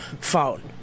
phone